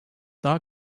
daha